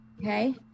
okay